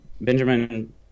benjamin